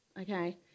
okay